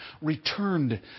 returned